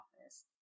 office